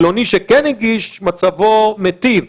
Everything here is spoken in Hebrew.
פלוני שכן הגיש מצבו מיטיב.